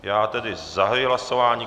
Já tedy zahajuji hlasování.